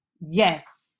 Yes